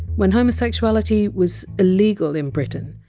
when homosexuality was illegal in britain,